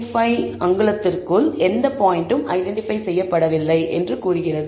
25 அங்குலங்களுக்குள் எந்த பாயிண்ட்டும் ஐடென்டிபை செய்யப்படவில்லை" என்று கூறுகிறது